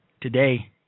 today